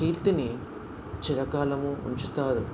కీర్తిని చిరకాలం ఉంచుతారు